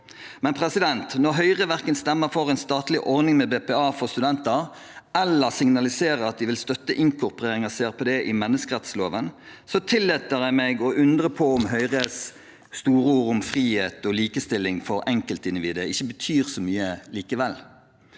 Men når Høyre verken stemmer for en statlig ordning med BPA for studenter eller signaliserer at de vil støtte inkorporering av CRPD i menneskerettsloven, tillater jeg meg å undre over om Høyres store ord om frihet og likestilling for enkeltindivider ikke betyr så mye likevel.